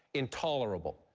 intolerable,